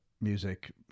music